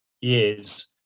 years